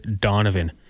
Donovan